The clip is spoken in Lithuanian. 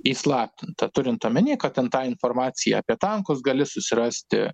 įslaptinta turint omeny kad ten tą informaciją apie tankus gali susirasti